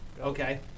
Okay